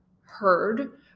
heard